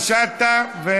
פנינה תמנו-שטה.